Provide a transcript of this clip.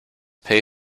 pay